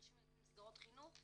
רישום ילדים למסגרות חינוך,